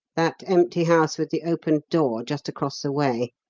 that empty house with the open door, just across the way.